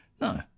no